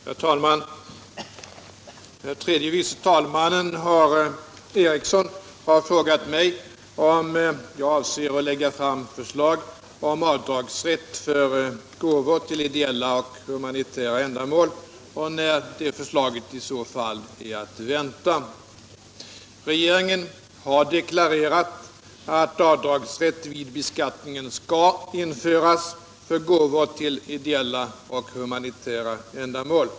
Herr talman! Herr tredje vice talmannen Eriksson har frågat mig om jag avser att framlägga förslag om rätt till avdrag för gåvor till ideella och humanitära ändamål och när förslaget i så fall är att vänta. Regeringen har deklarerat att rätt till avdrag vid beskattningen skall införas för gåvor till ideella och humanitära ändamål.